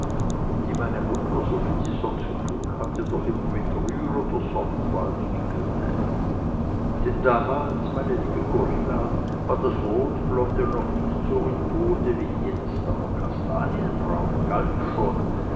die meine mutter soviel sie sonst zu tun hatte doch immer mit rührender sorgfalt wickelte denn damals meine liebe corinna war das rotblonde noch nicht so mode wie jetzt aber kastanienbraun galt schon